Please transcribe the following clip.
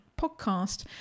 podcast